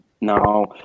No